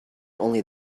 only